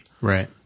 Right